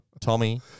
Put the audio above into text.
Tommy